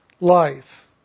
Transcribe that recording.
life